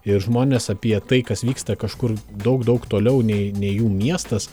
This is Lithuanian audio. ir žmonės apie tai kas vyksta kažkur daug daug toliau nei nei jų miestas